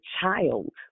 child